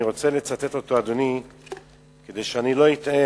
אדוני, אני רוצה לצטט אותו, כדי שאני לא אטעה,